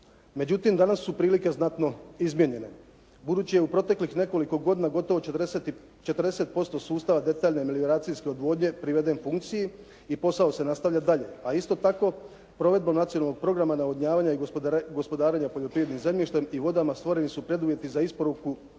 Međutim, danas su prilike znatno izmijenjene. Budući je u proteklih nekoliko godina gotovo 40% sustava detaljne melioracijske odvodnje priveden funkciji i posao se nastavlja dalje, a isto tako provedbom nacionalnog programa navodnjavanja i gospodarenja poljoprivrednim zemljištem i vodama stvoreni su preduvjeti za isporuku